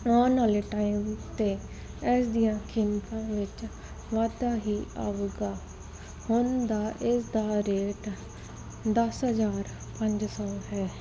ਆਉਣ ਵਾਲੇ ਟਾਈਮ 'ਤੇ ਇਸ ਦੀਆਂ ਕੀਮਤਾਂ ਵਿੱਚ ਵਾਧਾ ਹੀ ਆਵੇਗਾ ਹੁਣ ਦਾ ਇਸਦਾ ਰੇਟ ਦਸ ਹਜ਼ਾਰ ਪੰਜ ਸੌ ਹੈ